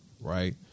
right